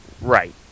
Right